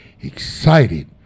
excited